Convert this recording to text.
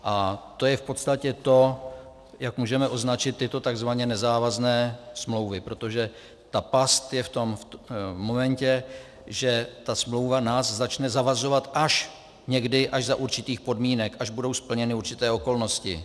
A to je v podstatě to, jak můžeme označit tyto takzvaně nezávazné smlouvy, protože ta past je v tom momentě, že smlouva nás začne zavazovat až někdy, až za určitých podmínek, až budou splněny určité okolnosti.